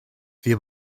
wir